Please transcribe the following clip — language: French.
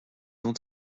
ont